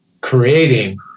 creating